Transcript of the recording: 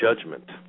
judgment